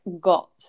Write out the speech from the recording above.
got